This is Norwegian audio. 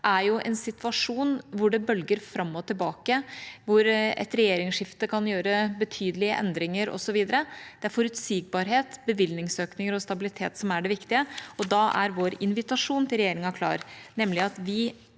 er en situasjon hvor det bølger fram og tilbake, hvor et regjeringsskifte kan gjøre betydelige endringer, osv. Det er forutsigbarhet, bevilgningsøkninger og stabilitet som er det viktige, og da er vår invitasjon til regjeringa klar, nemlig at vi